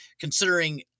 considering